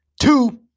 two